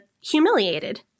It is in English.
humiliated